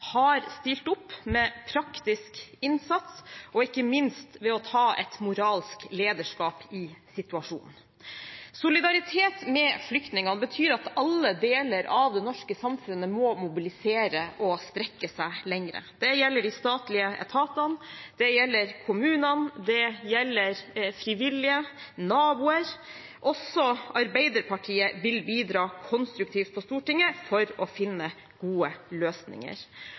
har stilt opp med praktisk innsats og ikke minst ved å ta et moralsk lederskap i situasjonen. Solidaritet med flyktningene betyr at alle deler av det norske samfunnet må mobilisere og strekke seg lenger. Det gjelder de statlige etatene, det gjelder kommunene, det gjelder frivillige og naboer. Også Arbeiderpartiet vil bidra konstruktivt på Stortinget for å finne gode løsninger.